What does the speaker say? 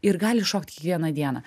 ir gali šokt kiekvieną dieną